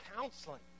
counseling